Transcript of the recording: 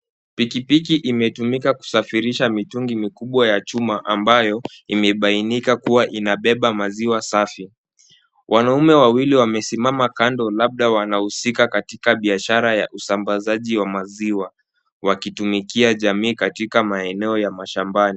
Pikipiki imetumika kusafirisha mitungi mikubwa ya chuma ambayo imebainika kuwa inabeba maziwa safi. Wanaume wawili wamesimama kando labda wanahusika katika biashara ya usambazaji wa maziwa wakitumikia jamii katika maeneo ya mashambani.